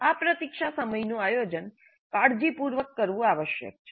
આ પ્રતીક્ષા સમયનું આયોજન કાળજીપૂર્વક કરવું આવશ્યક છે